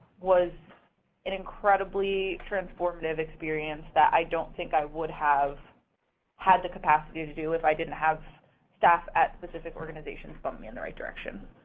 was an incredibly transformative experience that i don't think i would have had the capacity to do if i didn't have staff at specific organizations bump me in the right direction.